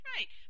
Right